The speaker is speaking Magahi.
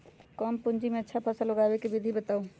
कम पूंजी में अच्छा फसल उगाबे के विधि बताउ?